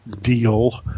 deal